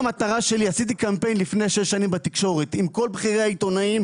עשיתי קמפיין לפני שש שנים בתקשורת עם כל בכירי העיתונאים,